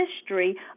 history